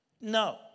No